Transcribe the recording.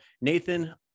Nathan